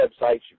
websites